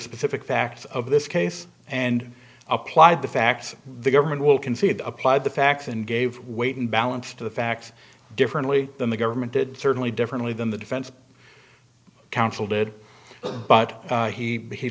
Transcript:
specific facts of this case and applied the facts the government will concede applied the facts and gave weight and balance to the facts differently than the government did certainly differently than the defense council did but he he